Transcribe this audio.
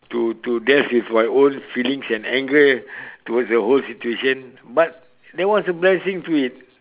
to to death with my own feelings and anger towards the whole situation but that was the best thing to it